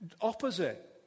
opposite